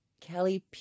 Kelly